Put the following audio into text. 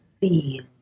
feel